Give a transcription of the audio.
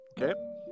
Okay